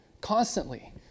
constantly